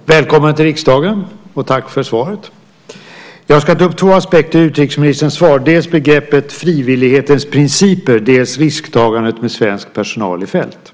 Herr talman! Välkommen till riksdagen, utrikesministern, och tack för svaret! Jag ska ta upp två aspekter i utrikesministerns svar, dels begreppet "frivillighetens principer", dels risktagandet med svensk personal i fält.